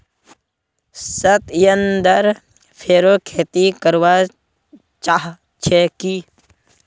सत्येंद्र फेरो खेती करवा चाह छे की